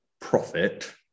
profit